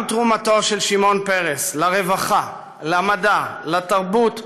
גם תרומותיו של שמעון פרס לרווחה, למדע, לתרבות,